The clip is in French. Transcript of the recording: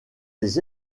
des